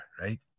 right